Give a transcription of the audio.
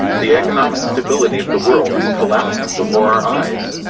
the economic stability of the world is collapsing before our eyes,